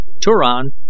Turan